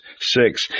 Six